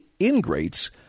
ingrates